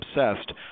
obsessed